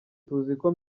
tuziko